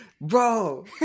Bro